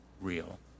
real